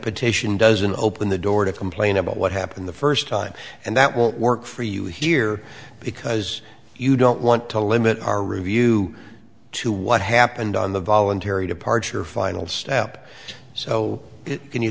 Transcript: petition doesn't open the door to complain about what happened the first time and that won't work for you here because you don't want to limit our review to what happened on the voluntary departure final step so it can you